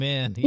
Man